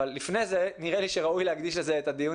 אבל לפני זה נראה לי שראוי להקדיש לזה את הדיון